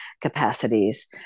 capacities